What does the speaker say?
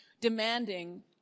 demanding